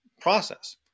process